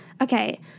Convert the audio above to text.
Okay